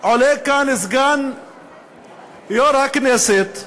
סגן יושב-ראש הכנסת,